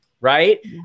right